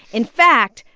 in fact,